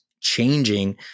changing